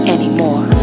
Anymore